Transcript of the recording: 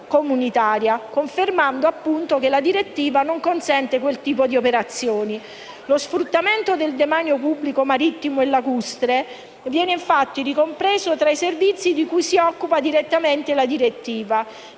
la direttiva non consenta tale tipo di operazioni. Lo sfruttamento del demanio pubblico marittimo e lacustre viene infatti ricompreso tra i servizi di cui si occupa direttamente la direttiva: